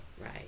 Right